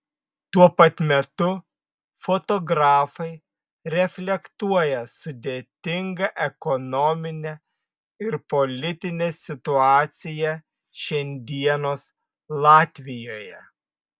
tuo pat metu fotografai reflektuoja sudėtingą ekonominę ir politinę situaciją šiandienos latvijoje